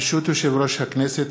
ברשות יושב-ראש הכנסת,